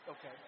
Okay